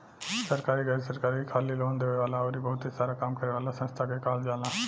सरकारी, गैर सरकारी, खाली लोन देवे वाला अउरी बहुते सारा काम करे वाला संस्था के कहल जाला